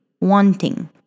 wanting